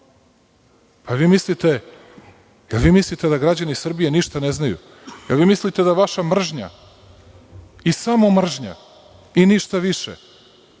li vi mislite da građani Srbije ništa ne znaju? Da li vi mislite da je vaša mržnja, i samo mržnja, i ništa više,